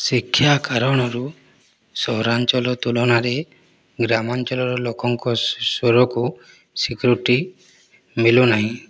ଶିକ୍ଷା କାରଣରୁ ସହରାଞ୍ଚଳ ତୁଳନାରେ ଗ୍ରାମାଞ୍ଚଳର ଲୋକଙ୍କ ସ୍ଵରକୁ ସୀକୃତି ମିଳୁନାହିଁ